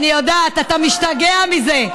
אני יודעת, אתה משתגע מזה.